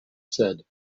said